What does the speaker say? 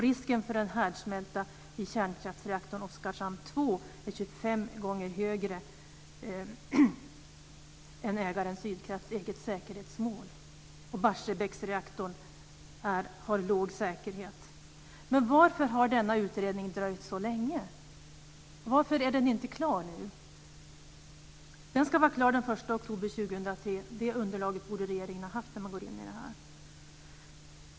Risken för en härdsmälta i kärnkraftverket Oskarshamn 2 är 25 gånger högre än ägaren Sydkrafts eget säkerhetsmål, och Barsebäcksreaktorn har låg säkerhet. Varför har denna utredning dröjt så länge? Varför är den inte klar nu? Den ska vara klar den 1 oktober 2003. Det underlaget borde regeringen haft när den går in i detta.